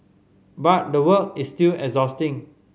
but the work is still exhausting